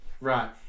Right